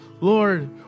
Lord